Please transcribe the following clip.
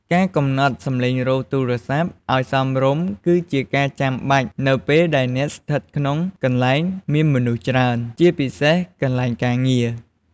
ការកំណត់សំឡេងរោទ៍ទូរស័ព្ទឲ្យសមរម្យ គឺជាការចាំបាច់ នៅពេលដែលអ្នកស្ថិតក្នុងកន្លែងមានមនុស្សច្រើន ជាពិសេសកន្លែងការងារ។